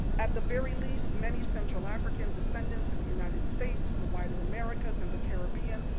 at the very least, many central african descendants in the united states, the wider americas, and the caribbean,